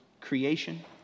creation